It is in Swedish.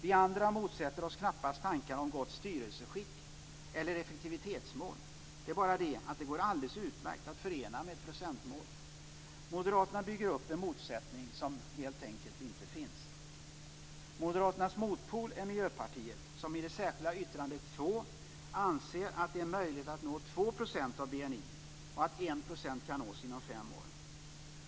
Vi andra motsätter oss knappast tankar om gott styrelseskick eller effektivitetsmål. Det är bara det att det går alldeles utmärkt att förena med ett procentmål. Moderaterna bygger upp en motsättning som helt enkelt inte finns. Moderaternas motpol är Miljöpartiet, som i det särskilda yttrandet 2 anser att det är möjligt att nå 2 % av BNI och att 1 % kan nås inom fem år.